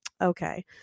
Okay